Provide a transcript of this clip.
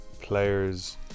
players